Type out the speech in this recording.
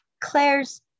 claire's